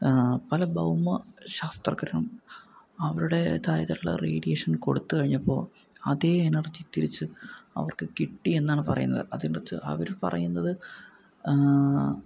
പല ഭൗമ ശാസ്ത്രകാരും അവരുടേതായിട്ടുള്ള റേഡിയേഷൻ കൊടുത്തുകഴിഞ്ഞപ്പോൾ അതെ എനർജി തിരിച്ചു അവർക്ക് കിട്ടി എന്നാണ് പറയുന്നത് അതിനകത്തു അവര് പറയുന്നത്